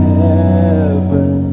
heaven